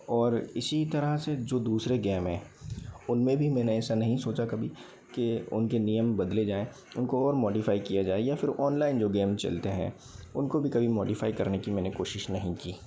और इसी तरह से जो दूसरे गेम हैं उन में भी मैंने ऐसा नहीं सोचा कभी के उनके नियम बदले जाएँ उनको और मॉडिफ़ाई किया जाए या फिर ऑनलाइन जो गेम चलते हैं उनको भी कभी मॉडिफ़ाई करने की मैंने कोशिश नहीं की